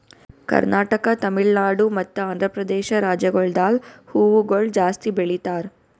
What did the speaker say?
ಕರ್ನಾಟಕ, ತಮಿಳುನಾಡು ಮತ್ತ ಆಂಧ್ರಪ್ರದೇಶ ರಾಜ್ಯಗೊಳ್ದಾಗ್ ಹೂವುಗೊಳ್ ಜಾಸ್ತಿ ಬೆಳೀತಾರ್